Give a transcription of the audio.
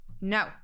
no